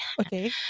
Okay